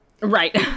Right